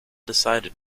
decided